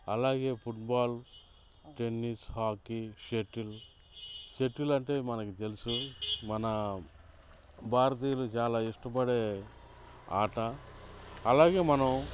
అలాగే football tennis hockey shuttle shuttle అంటే మనకి తెలుసు మన భారతీయులు చాలా ఇష్టపడే ఆట అలాగే మనం